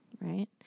Right